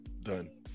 done